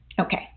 Okay